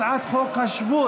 הצעת חוק השבות,